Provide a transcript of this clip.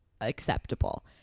acceptable